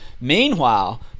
Meanwhile